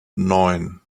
neun